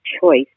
choice